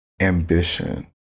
Ambition